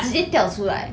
直接掉出来